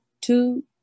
two